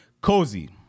cozy